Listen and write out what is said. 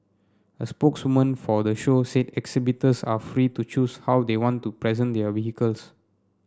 a spokeswoman for the show said exhibitors are free to choose how they want to present their vehicles